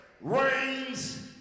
reigns